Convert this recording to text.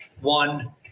one